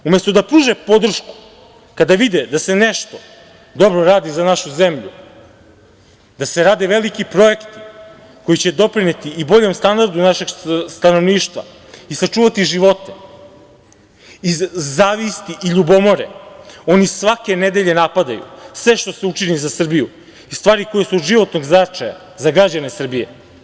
Umesto da pruže podršku kada vide da se nešto dobro radi za našu zemlju, da se rade veliki projekti koji će doprineti i boljem standardu našeg stanovništva i sačuvati živote, iz zavisti i ljubomore oni svake nedelje napadaju sve što se čini za Srbiju i stvari koje su od životnog značaja za građane Srbije.